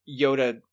Yoda